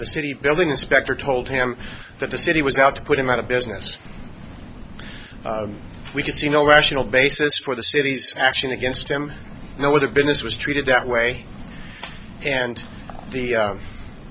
the city building inspector told him that the city was out to put him out of business we could see no rational basis for the city's action against him it would have been this was treated that way and the